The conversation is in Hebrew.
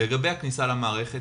לגבי הכניסה למערכת,